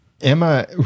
emma